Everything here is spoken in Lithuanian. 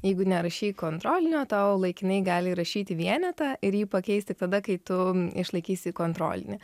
jeigu nerašei kontrolinio tau laikinai gali įrašyti vienetą ir jį pakeist tik tada kai tu išlaikysi kontrolinį